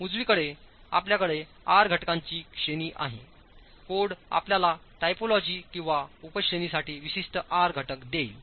उजवीकडे आपल्याकडे आर घटकांची श्रेणी आहेकोड आपल्याला टायपोलॉजी किंवा उपश्रेणीसाठी विशिष्ट आर घटक देईल